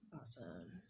Awesome